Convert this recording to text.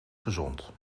gezond